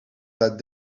that